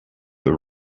the